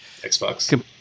xbox